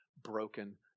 broken